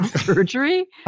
surgery